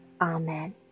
Amen